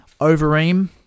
Overeem